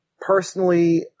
personally